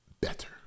better